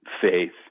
faith